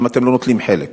למה אתם לא נוטלים חלק?